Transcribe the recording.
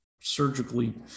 surgically